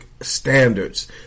standards